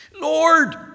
Lord